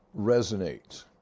resonates